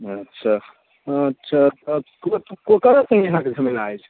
अच्छा अच्छा कऽ झमेला अछि